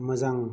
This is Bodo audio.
मोजां